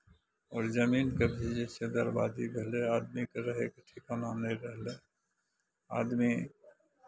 आओर जमीनके भी जे छै बर्बादी भेलै आदमीके रहयके ठिकाना नहि रहलै आदमी